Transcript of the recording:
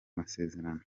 masezerano